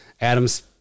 Adam's